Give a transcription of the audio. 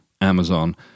amazon